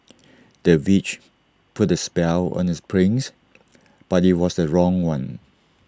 the witch put A spell on the prince but IT was the wrong one